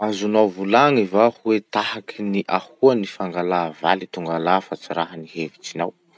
Azonao volagny va hoe tahaky gny ahoa gny fangalà valy tonga lafatsy raha gny hevitsinao?